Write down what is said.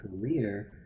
career